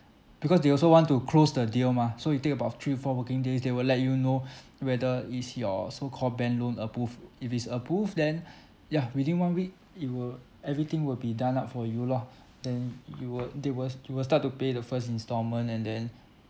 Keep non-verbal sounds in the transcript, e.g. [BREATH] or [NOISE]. because they also want to close the deal mah so it take about three to four working days they will let you know whether is your so called bank loan approved if it's approved then yeah within one week it will everything will be done up for you lor then you will they will you will start to pay the first instalment and then [BREATH]